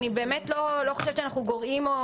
אני לא חושבת שאנחנו גורעים.